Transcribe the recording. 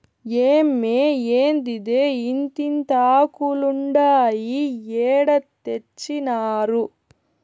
ఏమ్మే, ఏందిదే ఇంతింతాకులుండాయి ఏడ తెచ్చినారు